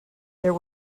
there